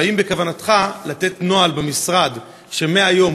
האם בכוונתך לקבוע נוהל במשרד שמהיום,